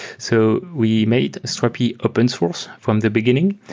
so we made strapi open source from the beginning,